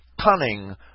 cunning